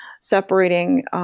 separating